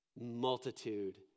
multitude